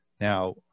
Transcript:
now